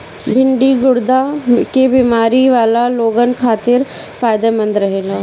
भिन्डी गुर्दा के बेमारी वाला लोगन खातिर फायदमंद रहेला